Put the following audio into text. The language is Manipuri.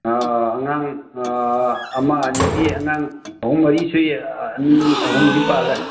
ꯑꯥ ꯑꯉꯥꯡ ꯑꯃ ꯑꯅꯤꯗꯤ ꯑꯉꯥꯡ ꯑꯍꯨꯝ ꯃꯔꯤ ꯁꯨꯏ ꯑꯅꯤ ꯑꯍꯨꯝꯗꯤ ꯄꯥꯜꯂꯦ